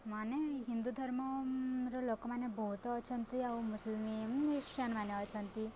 ମାନେ ହିନ୍ଦୁ ଧର୍ମର ଲୋକମାନେ ବହୁତ ଅଛନ୍ତି ଆଉ ମୁସଲିମ ଖ୍ରୀଷ୍ଟିୟାନମାନେ ଅଛନ୍ତି